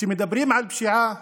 כשמדברים על פשיעה